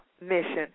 mission